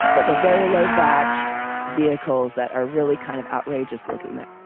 but they're very low bache vehicles that are really kind of outrageous looking at.